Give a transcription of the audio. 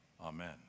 Amen